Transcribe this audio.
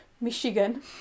Michigan